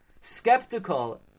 skeptical